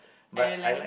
I realise